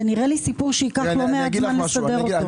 זה נראה לי סיפור שייקח הרבה זמן לתקנו.